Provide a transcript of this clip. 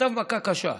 חטף מכה קשה.